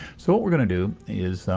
so what we're going to do is,